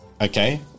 Okay